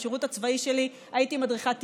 בשירות הצבאי שלי הייתי מדריכת טיולים,